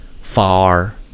Far